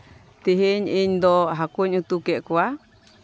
ᱛᱮᱦᱮᱧ ᱤᱧᱫᱚ ᱦᱟᱹᱠᱩᱧ ᱩᱛᱩ ᱠᱮᱜ ᱠᱚᱣᱟ